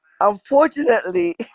unfortunately